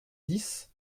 dix